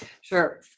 Sure